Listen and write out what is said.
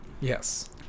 Yes